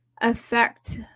affect